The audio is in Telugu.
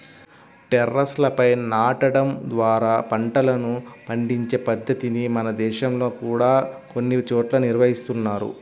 టెర్రస్లపై నాటడం ద్వారా పంటలను పండించే పద్ధతిని మన దేశంలో కూడా కొన్ని చోట్ల నిర్వహిస్తున్నారు